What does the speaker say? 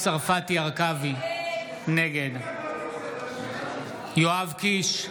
הרכבי, נגד יואב קיש,